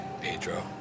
Pedro